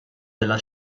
della